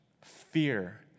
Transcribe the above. fear